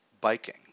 biking